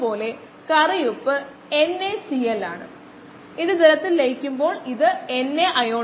അല്ലെങ്കിൽ ഒരു മികച്ച ലൈൻ വരയ്ക്കാൻ നമുക്ക് കഴിയുന്നു